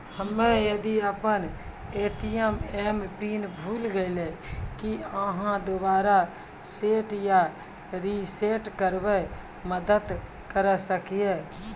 हम्मे यदि अपन ए.टी.एम पिन भूल गलियै, की आहाँ दोबारा सेट या रिसेट करैमे मदद करऽ सकलियै?